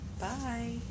Bye